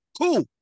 Cool